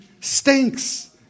stinks